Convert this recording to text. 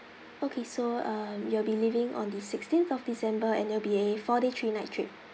okay so um you'll be leaving on the sixteenth of december and it'll be a four day three night trip